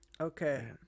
Okay